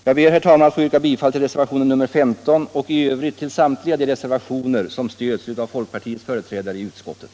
Jag ber, herr talman, att få yrka bifall till reservationen 15 och i övrigt till samtliga de reservationer som stöds av folkpartiets företrädare i utskottet.